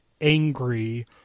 angry